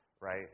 right